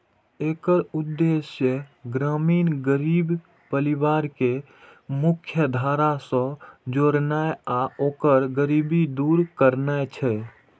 एकर उद्देश्य ग्रामीण गरीब परिवार कें मुख्यधारा सं जोड़नाय आ ओकर गरीबी दूर करनाय छै